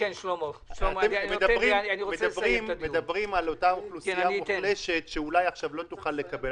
מדברים על אותה אוכלוסייה מוחלשת שאולי עכשיו לא תוכל לקבל.